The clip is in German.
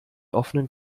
offenen